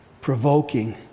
provoking